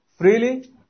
Freely